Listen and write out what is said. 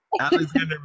alexander